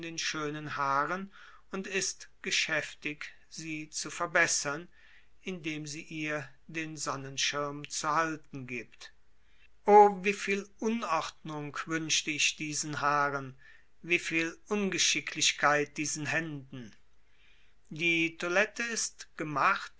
schönen haaren und ist geschäftig sie zu verbessern indem sie ihr den sonnenschirm zu halten gibt o wieviel unordnung wünschte ich diesen haaren wieviel ungeschicklichkeit diesen händen die toilette ist gemacht